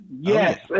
Yes